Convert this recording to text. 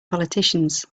politicians